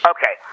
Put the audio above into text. Okay